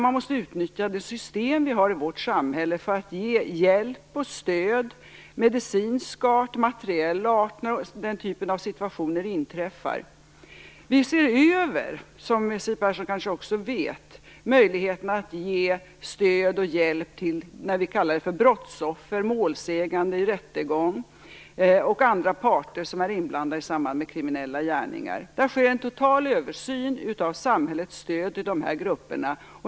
Man måste utnyttja de system vi har i vårt samhälle för att ge hjälp och stöd av medicinsk och materiell art när den typen av situationer inträffar. Vi ser över möjligheterna, som Siw Persson kanske också vet, att ge stöd och hjälp när det gäller brottsoffer, målsägande i rättegång och andra parter som är inblandade i samband med kriminella gärningar. Det sker en total översyn av samhällets stöd till de här grupperna.